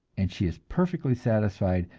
and she is perfectly satisfied,